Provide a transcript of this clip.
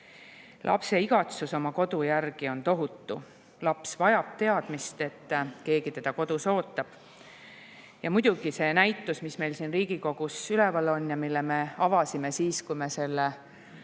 Lapse igatsus oma kodu järgi on tohutu, laps vajab teadmist, et keegi teda kodus ootab. Muidugi, see näitus, mis meil siin Riigikogus üleval on ja mille me avasime siis, kui me selle